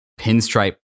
Pinstripe